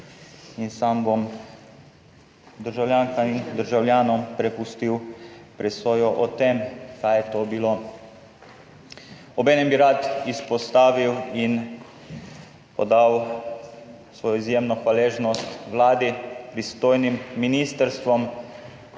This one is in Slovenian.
sam bom državljankam in državljanom prepustil presojo o tem, kaj je to bilo. Obenem bi rad izpostavil in podal svojo izjemno hvaležnost vladi, pristojnim ministrstvom,